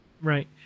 right